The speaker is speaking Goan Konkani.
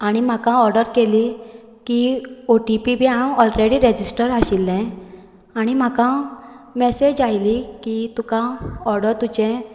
आनी म्हाका ऑर्डर केली की ओटीपी बी हांव ऑलरेडी रजिस्टर्ड आशिल्ले आनी म्हाका मेसेज आयली की तुका ऑर्डर तुजे